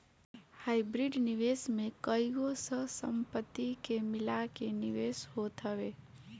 hybrid निवेश में कईगो सह संपत्ति के मिला के निवेश होत हवे